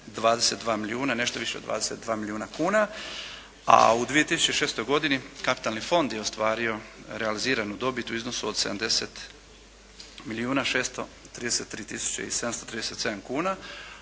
22 milijuna, nešto više od 22 milijuna kuna, a u 2006. godini kapitalni fond je ostvario realiziranu dobit u iznosu od 70 milijuna 633 tisuće